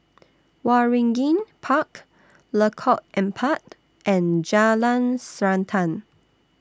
Waringin Park Lengkok Empat and Jalan Srantan